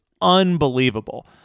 unbelievable